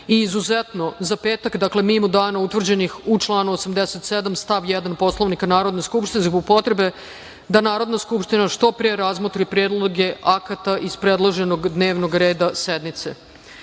i, izuzetno za petak, dakle, mimo dana utvrđenih u članu 87. stav 1. Poslovnika Narodne skupštine, zbog potrebe da Narodna skupština što pre razmotri predloge akata iz predloženog dnevnog reda sednice.U